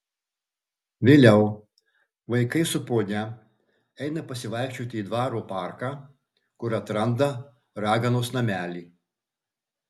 vėliau vaikai su ponia eina pasivaikščioti į dvaro parką kur atranda raganos namelį